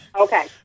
Okay